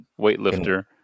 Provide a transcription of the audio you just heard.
weightlifter